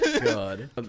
God